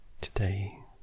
today